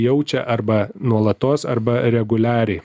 jaučia arba nuolatos arba reguliariai